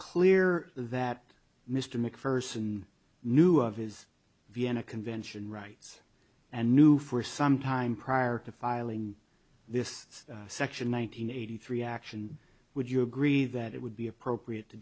clear that mr macpherson knew of his vienna convention rights and knew for some time prior to filing this section one nine hundred eighty three action would you agree that it would be appropriate to